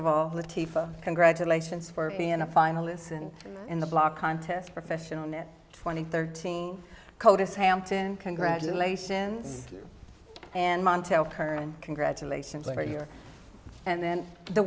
of all congratulations for being a finalist and in the block contest professional net twenty thirteen codice hampton congratulations and montel curran congratulations on our year and then the